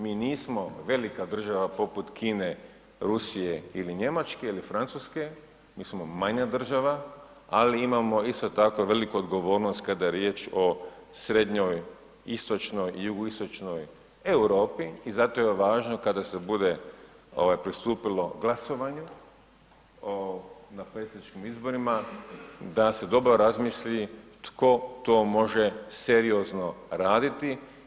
Mi nismo velika država poput Kine, Rusije ili Njemačke ili Francuske mi smo manja država, ali imamo isto tako veliku odgovornost kada je riječ o srednjoj, istočnoj i jugoistočnoj Europi i zato je važno kada se bude pristupilo glasovanju na predsjedničkim izborima da se dobro razmisli tko to može seriozno raditi.